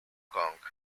kong